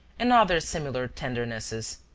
and other similar tendernesses.